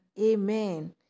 amen